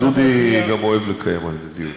דודי גם אוהב לקיים על זה דיונים.